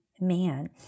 man